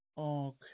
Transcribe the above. Okay